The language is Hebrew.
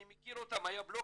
אני מכיר אותם, היו בלוקים.